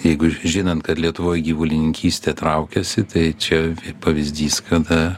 jeigu žinant kad lietuvoj gyvulininkystė traukiasi tai čia pavyzdys kada